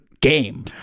game